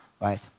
Right